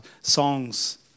songs